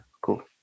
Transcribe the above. Cool